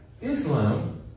Islam